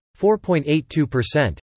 4.82%